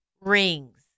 rings